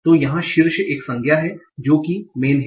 तो यहाँ शीर्ष एक संज्ञा है जो की मैन है